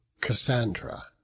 Cassandra